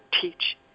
teach